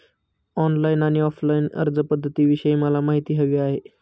online आणि offline अर्जपध्दतींविषयी मला माहिती हवी आहे